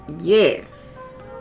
Yes